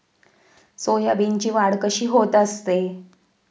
सोयाबीनची वाढ कशी होत असते?